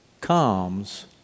comes